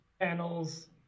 panels